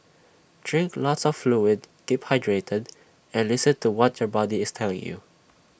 drink lots of fluid keep hydrated and listen to what your body is telling you